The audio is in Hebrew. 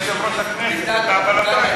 סגן יושב-ראש הכנסת,